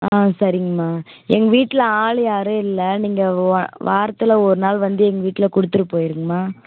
ஆ சரிங்கம்மா எங்கள் வீட்டில் ஆள் யாரும் இல்லை நீங்கள் வா வாரத்தில் ஒருநாள் வந்து எங்கள் வீட்டில் கொடுத்துட்டு போயிடுங்கம்மா